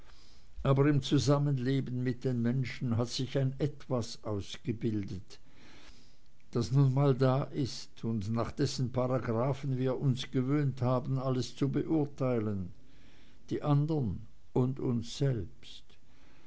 aber im zusammenleben mit den menschen hat sich ein etwas gebildet das nun mal da ist und nach dessen paragraphen wir uns gewöhnt haben alles zu beurteilen die andern und uns selbst